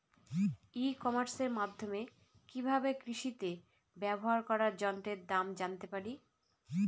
ই কমার্সের মাধ্যমে কি ভাবে কৃষিতে ব্যবহার করা যন্ত্রের দাম জানতে পারি?